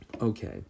okay